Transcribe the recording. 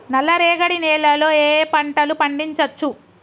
నల్లరేగడి నేల లో ఏ ఏ పంట లు పండించచ్చు?